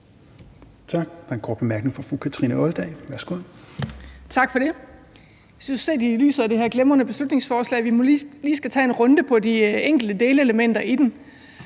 Tak. Der er en kort bemærkning fra fru Kathrine Olldag. Værsgo. Kl. 15:36 Kathrine Olldag (RV): Tak for det. Jeg synes, at vi i lyset af det her glimrende beslutningsforslag lige skal tage en runde på de enkelte delelementer i det,